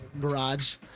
garage